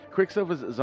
Quicksilver's